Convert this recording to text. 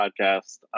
podcast